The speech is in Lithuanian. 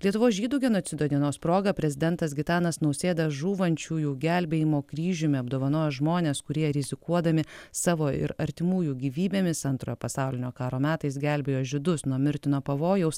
lietuvos žydų genocido dienos proga prezidentas gitanas nausėda žūvančiųjų gelbėjimo kryžiumi apdovanojo žmones kurie rizikuodami savo ir artimųjų gyvybėmis antrojo pasaulinio karo metais gelbėjo žydus nuo mirtino pavojaus